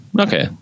Okay